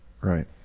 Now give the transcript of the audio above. right